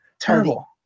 Terrible